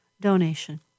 donation